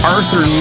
Arthur